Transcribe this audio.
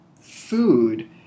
food